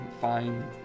fine